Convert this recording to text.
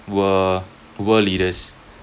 were world leaders